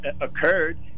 occurred